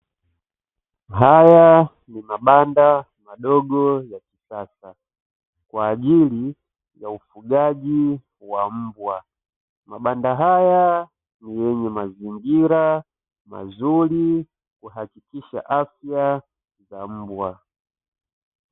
Haya ni mabanda madogo ya kisasa kwa ajili ya ufugaji wa mbwa. Mabanda haya ni yenye mazingira mazuri, kuhakikisha afya za mbwa.